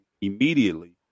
immediately